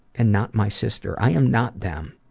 and not my sister. i am not them.